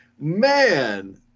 man